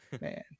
man